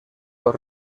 los